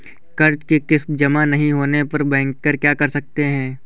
कर्ज कि किश्त जमा नहीं होने पर बैंकर क्या कर सकते हैं?